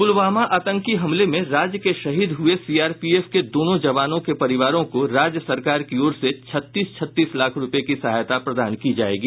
पुलवामा आतंकी हमले में राज्य के शहीद हुये सीआरपीएफ के दोनों जवानों के परिवारों को राज्य सरकार की ओर से छत्तीस छत्तीस लाख रुपये की सहायता प्रदान की जायेगी